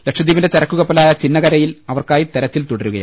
ലക്ഷദ്വീപിന്റെ ചരക്കുകപ്പലായ ചിന്നകരയിൽ അവർക്കായി തെരച്ചിൽ തുടരുന്നുണ്ട്